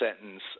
sentence